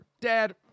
Dad